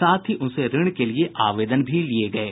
साथ ही उनसे ऋण के लिए आवेदन भी लिये गये